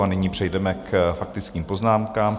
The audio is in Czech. A nyní přejdeme k faktickým poznámkám.